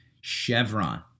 Chevron